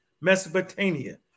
Mesopotamia